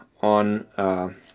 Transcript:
on